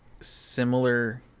similar